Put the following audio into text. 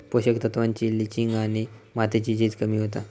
पोषक तत्त्वांची लिंचिंग आणि मातीची झीज कमी होता